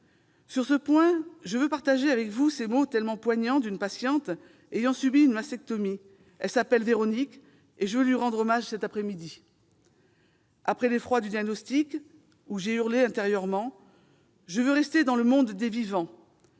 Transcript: Sur ce point, je veux partager avec vous ces mots, tellement poignants, d'une patiente ayant subi une mastectomie. Elle s'appelle Véronique, et je veux lui rendre hommage cette après-midi. « Après l'effroi du diagnostic- où j'ai hurlé intérieurement :" je veux rester dans le monde des vivants